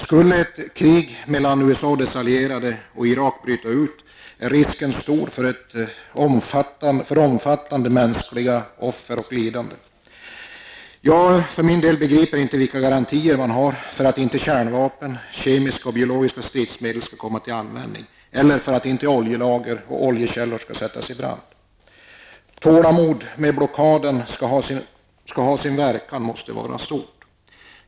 Skulle ett krig mellan USA och dess allierade och Irak bryta ut, är risken stor för omfattande mänskliga offer och lidanden. Jag för min del begriper inte vilka garantier som finns för att inte kärnvapen och kemiska och biologiska stridsmedel skall komma till användning eller för att inte oljelager och oljekällor skall sättas i brand. Tålamodet med att blockaden skall ha sin verkan måste vara stort.